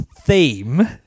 Theme